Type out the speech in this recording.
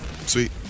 Sweet